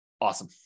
Awesome